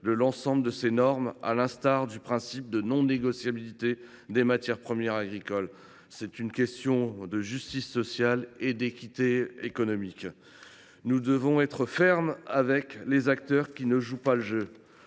de l’ensemble des normes, à l’instar du principe de non négociabilité des matières premières agricoles. C’est une question de justice sociale et d’équité économique. Nous devons être fermes avec les acteurs qui ne jouent pas le jeu.